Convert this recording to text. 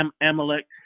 Amalek